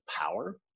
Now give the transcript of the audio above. power